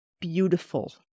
beautiful